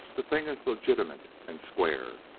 the thing is legitimate and square.